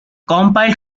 compiled